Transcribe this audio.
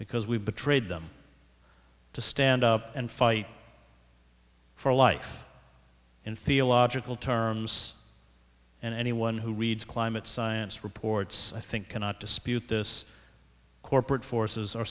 because we betrayed them to stand up and fight for a life in theological terms and anyone who reads climate science reports i think cannot dispute this corporate forces